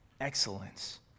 excellence